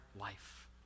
life